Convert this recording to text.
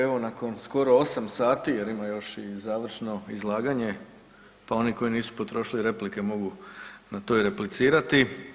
Evo nakon skoro osam sati jer ima još i završno izlaganje pa oni koji nisu potrošili replike mogu to i replicirati.